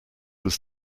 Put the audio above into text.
was